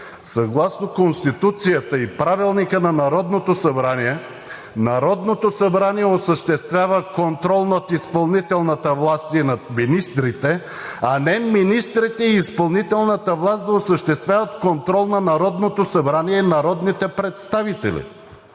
съгласно Конституцията и Правилника на Народното събрание Народното събрание осъществява контрол над изпълнителната власт и над министрите, а не министрите и изпълнителната власт да осъществяват контрол над Народното събрание и народните представители.